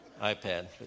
iPad